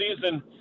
season